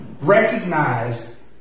recognize